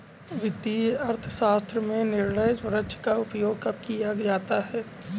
वित्तीय अर्थशास्त्र में निर्णय वृक्ष का उपयोग कब किया जाता है?